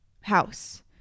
house